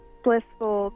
blissful